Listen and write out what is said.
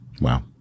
Wow